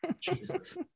Jesus